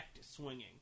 swinging